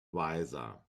wiser